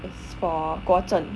is for 国政